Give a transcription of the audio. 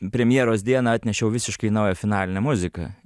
premjeros dieną atnešiau visiškai naują finalinę muziką